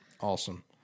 Awesome